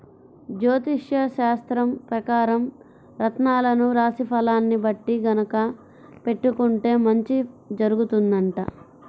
జ్యోతిష్యశాస్త్రం పెకారం రత్నాలను రాశి ఫలాల్ని బట్టి గనక పెట్టుకుంటే మంచి జరుగుతుందంట